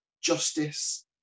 justice